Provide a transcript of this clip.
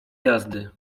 jazdy